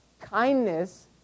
kindness